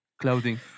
clothing